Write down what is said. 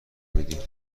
میدی